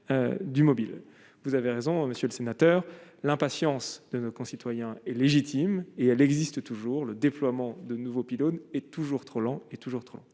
vous avez raison, Monsieur le Sénateur, l'impatience de nos concitoyens et légitime et elle existe toujours, le déploiement de nouveaux pylônes et toujours trop lent et toujours trop, je